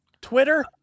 Twitter